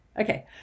okay